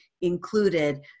included